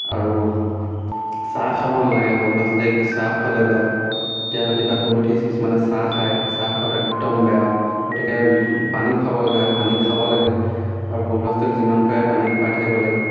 আৰু চাহ খাব নালাগে সৰু ল'ৰা ছোৱালীক চাহ খোৱালে বেয়া এতিয়া ৰাতিপুৱা শুই উঠি কিছুমানে চাহ খায় চাহ খোৱাটো একদম বেয়া গতিকে পানী খুৱাব লাগে পানী খাব লাগে আৰু সৰু ল'ৰা ছোৱালীক যিমান পাৰে পানী খুৱাই থাকিব লাগে